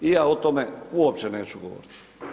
I ja o tome uopće neću govoriti.